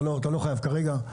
אתה לא חייב כרגע.